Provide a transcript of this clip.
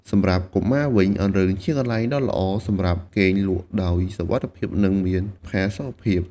សម្រាប់កុមារវិញ អង្រឹងជាកន្លែងដ៏ល្អសម្រាប់គេងលក់ដោយសុវត្ថិភាពនិងមានផាសុកភាព។